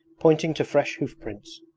pointing to fresh hoof-prints.